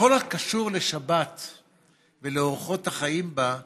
בכל הקשור לשבת ולאורחות החיים בה,